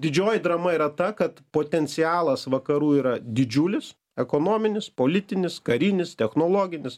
didžioji drama yra ta kad potencialas vakarų yra didžiulis ekonominis politinis karinis technologinis